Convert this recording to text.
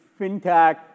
FinTech